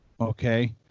okay